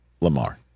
Lamar